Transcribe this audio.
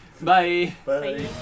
Bye